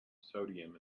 sodium